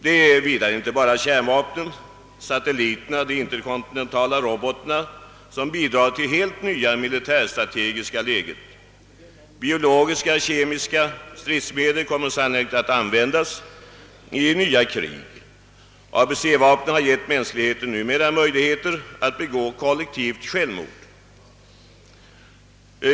Därtill bidrar inte bara kärnvapnen. Satelliterna, de interkontinentala robotarna bidrar också till det helt nya militärstrategiska läget. Biologiska och kemiska stridsmedel kommer sannolikt att användas i nya krig. ABC vapnen har numera berett mänskligheten möjligheter att begå kollektivt självmord.